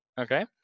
okay